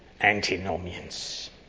antinomians